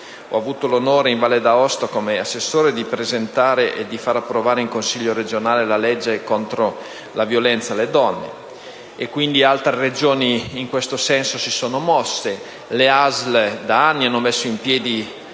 Ho avuto l'onore in Valle d'Aosta, in qualità di assessore, di presentare e far approvare in consiglio regionale la legge contro la violenza sulle donne, e altre Regioni in questo senso si sono mosse. Le ASL, da anni, hanno messo in piedi